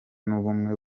n’ubumwe